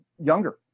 younger